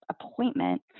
appointment